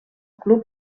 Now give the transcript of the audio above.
club